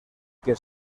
que